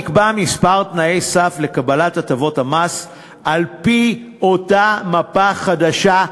נקבעו כמה תנאי סף לקבלת הטבות המס על-פי אותה מפה חדשה,